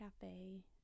Cafe